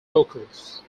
vocals